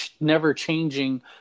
never-changing